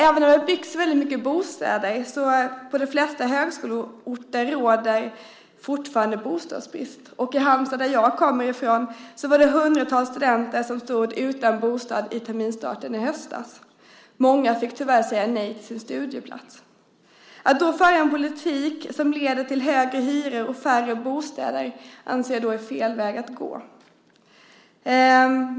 Även om det byggs väldigt mycket bostäder råder det fortfarande bostadsbrist på de flesta högskoleorter. I Halmstad, som jag kommer ifrån, var det hundratals studenter som stod utan bostad vid terminsstarten i höstas. Många fick tyvärr säga nej till en studieplats. Att då föra en politik som leder till högre hyror och färre bostäder anser jag är fel väg att gå.